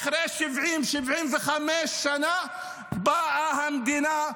ואחרי 70 75 שנה באה המדינה,